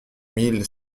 mille